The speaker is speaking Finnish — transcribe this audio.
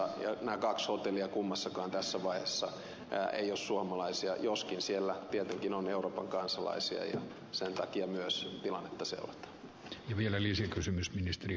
näistä kahdesta hotellissa kummassakaan tässä vaiheessa ei ole suomalaisia joskin siellä tietenkin on euroopan kansalaisia ja sen takia myös tilannetta seurataan